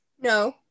No